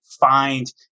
find